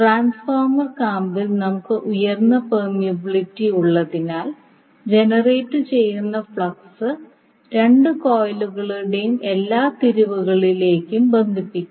transformer കാമ്പിൽ നമുക്ക് ഉയർന്ന പെർമിയബിലിറ്റി ഉള്ളതിനാൽ ജനറേറ്റുചെയ്യുന്ന ഫ്ലക്സ് രണ്ട് കോയിലുകളുടെയും എല്ലാ തിരിവുകളിലേക്കും ബന്ധിപ്പിക്കും